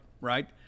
right